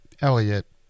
Elliot